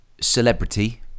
Celebrity